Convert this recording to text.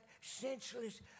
senseless